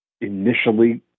initially